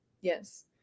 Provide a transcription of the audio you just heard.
Yes